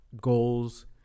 goals